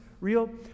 real